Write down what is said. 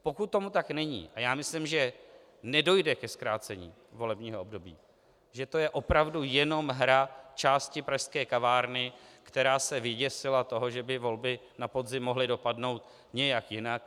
Pokud tomu tak není, a já myslím, že nedojde ke zkrácení volebního období, že to je opravdu jenom hra části pražské kavárny, která se vyděsila toho, že by volby na podzim mohly dopadnout nějak jinak.